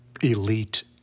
elite